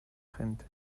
gente